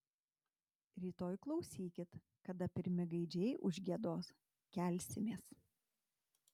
rytoj klausykit kada pirmi gaidžiai užgiedos kelsimės